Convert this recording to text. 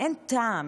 אין טעם.